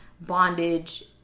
bondage